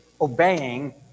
obeying